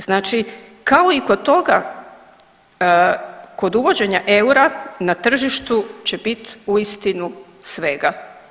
Znači kao i kod toga, kod uvođenja eura na tržištu će bit uistinu svega.